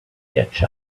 catch